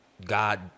god